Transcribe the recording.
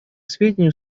сведению